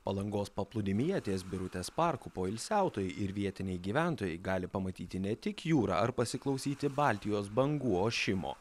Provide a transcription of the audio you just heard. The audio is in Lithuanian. palangos paplūdimyje ties birutės parku poilsiautojai ir vietiniai gyventojai gali pamatyti ne tik jūrą ar pasiklausyti baltijos bangų ošimo